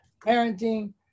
parenting